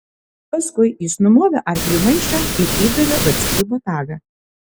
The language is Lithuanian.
paskui jis numovė arkliui maišą ir įdavė vaciukui botagą